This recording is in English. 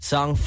Song